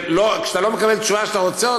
כשאתה לא מקבל את התשובה שאתה רוצה,